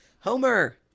Homer